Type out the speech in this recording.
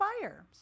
fire